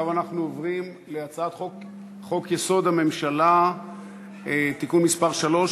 אנחנו עוברים להצעת חוק-יסוד: הממשלה (תיקון מס' 3),